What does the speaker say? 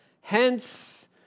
hence